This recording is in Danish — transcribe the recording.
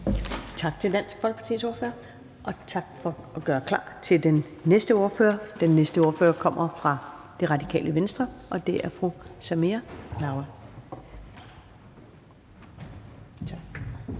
Tak til hr. Karsten Hønge, og også tak for at gøre talerstolen klar til den næste ordfører. Den næste ordfører kommer fra Det Radikale Venstre, og det er fru Samira Nawa. Kl.